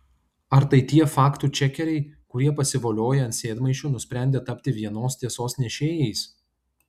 ar tai tie faktų čekeriai kurie pasivolioję ant sėdmaišių nusprendė tapti vienos tiesos nešėjais